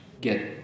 get